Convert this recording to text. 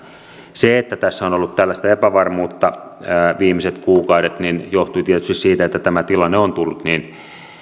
se että tässä on ollut tällaista epävarmuutta viimeiset kuukaudet johtui tietysti siitä että tämä tilanne on tullut niin